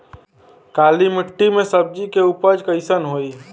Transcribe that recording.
काली मिट्टी में सब्जी के उपज कइसन होई?